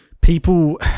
people